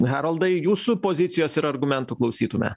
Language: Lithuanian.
haroldai jūsų pozicijos ir argumentų klausytume